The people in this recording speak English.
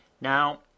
Now